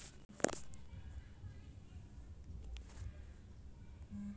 rubber के Indian rubber, latex आ Amazonian आउर भी कुछ नाम से जानल जाला